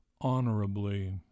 honorably